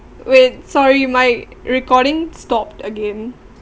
wait sorry my recording stopped again